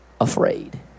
afraid